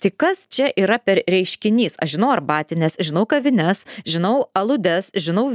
tai kas čia yra per reiškinys aš žinau arbatines žinau kavines žinau aludes žinau